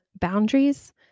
boundaries